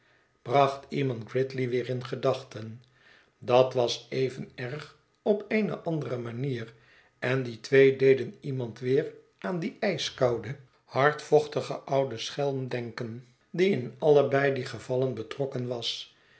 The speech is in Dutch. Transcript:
bracht iemand gridley weer in gedachten dat was even erg op eene andere manier en die twee deden iemand weer aan dien ijskouden hardhet veblaten huis vochtigen ouden schelm denken die in allebei die gevallen betrokken was